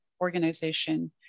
organization